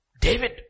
David